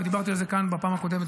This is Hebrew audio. ודיברתי על זה כאן בפעם הקודמת,